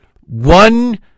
one